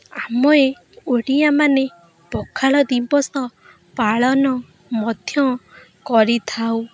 ଆମେ ଓଡ଼ିଆମାନେ ପଖାଳ ଦିବସ ପାଳନ ମଧ୍ୟ କରିଥାଉ